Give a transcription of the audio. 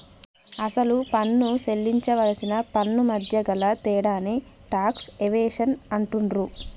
అసలు పన్ను సేల్లించవలసిన పన్నుమధ్య గల తేడాని టాక్స్ ఎవేషన్ అంటుండ్రు